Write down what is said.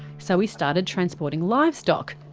so he started transporting livestock.